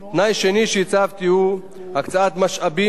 הולמים שיאפשרו פעילות תקינה של הרשות.